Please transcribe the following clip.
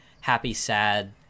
happy-sad